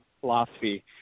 philosophy